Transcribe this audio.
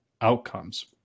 outcomes